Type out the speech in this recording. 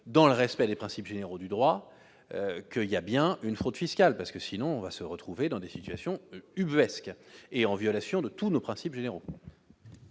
dans le respect des principes généraux du droit, qu'il y a bien eu fraude fiscale. Sans cela, nous allons nous retrouver dans des situations ubuesques, violant tous nos principes généraux